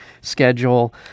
schedule